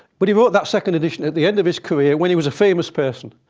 but he wrote that second edition at the end of his career, when he was a famous person.